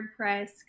WordPress